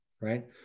right